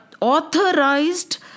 authorized